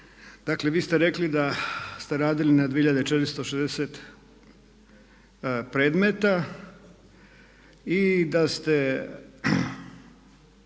Dakle, vi ste rekli da ste radili na 2460 predmeta koji su